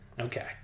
Okay